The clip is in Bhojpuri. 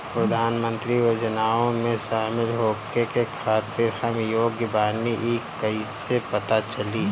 प्रधान मंत्री योजनओं में शामिल होखे के खातिर हम योग्य बानी ई कईसे पता चली?